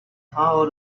how